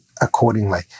accordingly